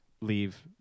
leave